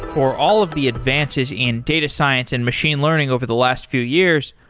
for all of the advances in data science and machine learning over the last few years,